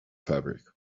fabric